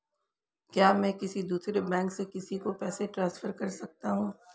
क्या मैं किसी दूसरे बैंक से किसी को पैसे ट्रांसफर कर सकता हूं?